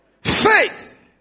Faith